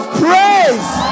praise